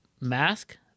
mask